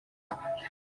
rwanda